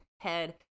head